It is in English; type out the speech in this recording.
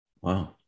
Wow